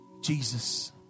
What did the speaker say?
Jesus